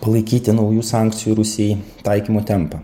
palaikyti naujų sankcijų rusijai taikymo tempą